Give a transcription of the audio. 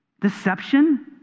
deception